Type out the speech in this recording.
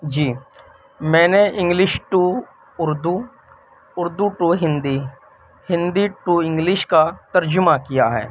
جی میں نے English to Urdu Urdu to Hindi Hindi to English کا ترجمہ کیا ہے